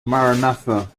maranatha